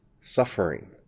suffering